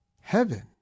heaven